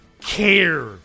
care